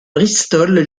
bristol